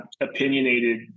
opinionated